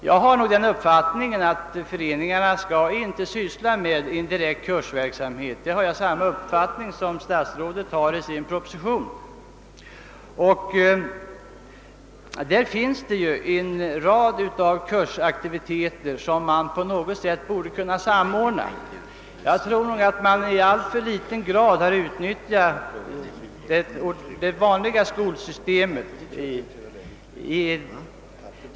Jag har den uppfattningen att föreningarna inte skall syssla med direkt kursverksamhet, och härvidlag har jag samma uppfattning som statsrådet i propositionen. Det finns ju rätt många olika slags kursaktiviteter som på något sätt borde kunna samordnas. Jag tror att man i alltför liten grad utnyttjat det vanliga skolsystemet.